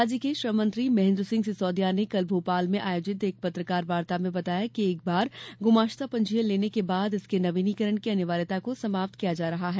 राज्य के श्रममंत्री महेन्द्र सिंह सिसोदिया ने कल भोपाल में आयोजित एक पत्रकार वार्ता में बताया कि एक बार गुमाश्ता पंजीयन लेने के बाद इसके नवीनीकरण की अनिवार्यता को समाप्त किया जा रहा है